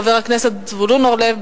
חבר הכנסת זבולון אורלב,